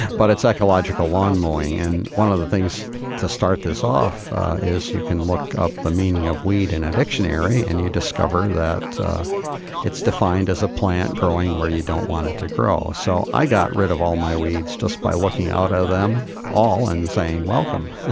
but it's ecological lawn-mowing. and one of the things to start this off is you can look up the meaning of weed in a dictionary and you discover that it's defined as a plant growing where you don't want it to grow. so, i got rid of all my weeds just by looking out at them all and saying welcome.